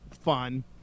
fun